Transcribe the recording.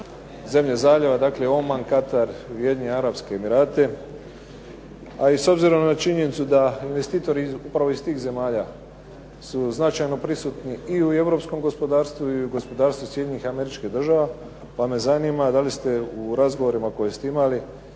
zemlje zaljeva, dakle Oman, Katar, Ujedinjene Arapske Emirate, a i s obzirom na činjenicu da investitori upravo iz tih zemalja su značajno prisutni i u europskom gospodarstvu i gospodarstvu SAD-a, pa me zanima da li ste u razgovorima koje ste imali